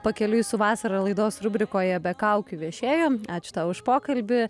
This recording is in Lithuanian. pakeliui su vasara laidos rubrikoje be kaukių viešėjom ačiū tau už pokalbį